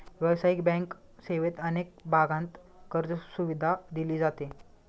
व्यावसायिक बँक सेवेत अनेक भागांत कर्जसुविधा दिली जाते